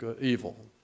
evil